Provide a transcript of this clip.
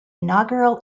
inaugural